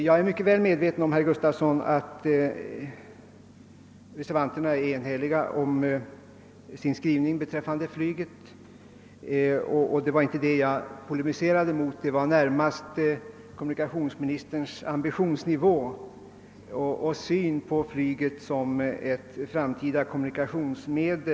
Jag är mycket väl medveten om att reservanterna enhälligt står bakom sin skrivning beträffande flyget, och det var inte det jag polemiserade mot, utan det var närmast mot kommunikationsministerns ambitionsnivå och syn på flyget såsom ett framtida kommunikationsmedel jag vände mig.